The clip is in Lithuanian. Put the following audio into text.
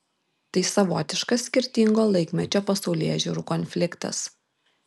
tai savotiškas skirtingo laikmečio pasaulėžiūrų konfliktas